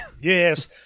Yes